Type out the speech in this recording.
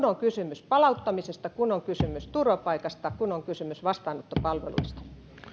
on kysymys palauttamisesta kun on kysymys turvapaikasta kun on kysymys vastaanottopalveluista